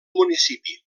municipi